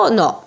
no